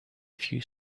few